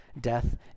death